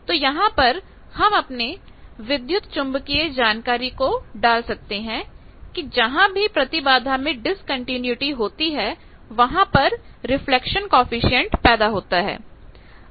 तो यहां पर हम अपने विद्युत चुंबकीय जानकारी को डाल सकते हैं कि जहां भी प्रतिबाधा में डिस्कंटीन्यूटी होती है वहां पर रिफ्लेक्शन कॉएफिशिएंट पैदा होता है